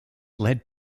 led